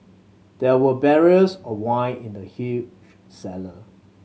there were barrels of wine in the huge cellar